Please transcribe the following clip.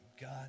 God